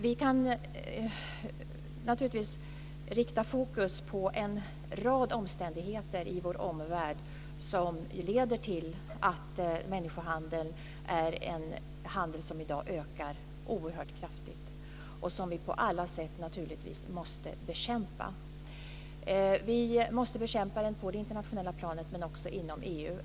Vi kan naturligtvis rikta fokus på en rad omständigheter i vår omvärld som leder till att människohandeln är en handel som i dag ökar oerhört kraftigt och som vi på alla sätt naturligtvis måste bekämpa. Vi måste bekämpa den på det internationella planet men också inom EU.